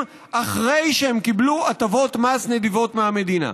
אחרי שהם קיבלו הטבות מס נדיבות מהמדינה.